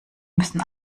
müssen